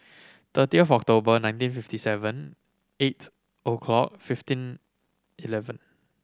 thirty of October nineteen fifty seven eight O' clock fifteen eleven